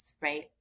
right